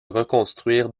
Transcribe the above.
reconstruire